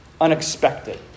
unexpected